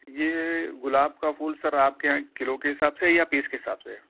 یہ گلاب کا پھول سر آپ کے یہاں کلو کے حساب سے ہے یا پیس کے حساب سے ہے